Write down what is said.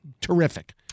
terrific